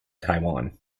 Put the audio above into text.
taiwan